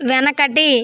వెనకటి